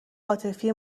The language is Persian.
عاطفی